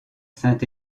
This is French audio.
saint